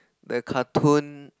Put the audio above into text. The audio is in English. the cartoon